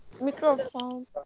microphone